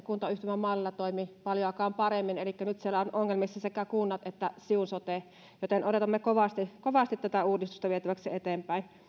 kuntayhtymämallilla toimi paljoakaan paremmin elikkä nyt siellä on ongelmissa sekä kunnat että siun sote joten odotamme kovasti kovasti tätä uudistusta vietäväksi eteenpäin